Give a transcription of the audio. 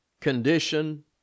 condition